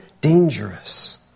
dangerous